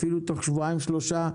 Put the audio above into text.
אפילו תוך שבועיים שלושה,